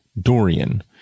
Dorian